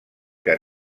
que